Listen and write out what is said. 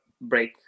break